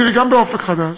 תראי, גם ב"אופק חדש"